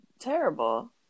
Terrible